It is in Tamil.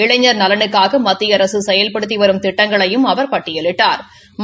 இளைஞா் நலனுக்காக மத்திய அரசு செயல்படுத்தி வரும் திட்டங்களையும் அவா் பட்டியலிட்டாா்